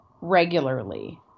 regularly